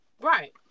Right